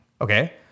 Okay